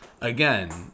again